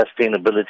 sustainability